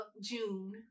June